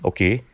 Okay